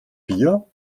bier